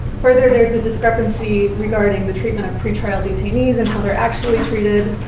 further, there's a discrepancy regarding the treatment of pre-trial detainees and how they're actually treated.